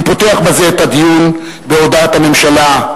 אני פותח בזה את הדיון בהודעת הממשלה,